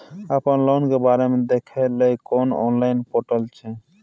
अपन लोन के बारे मे देखै लय कोनो ऑनलाइन र्पोटल छै?